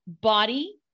body